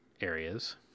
areas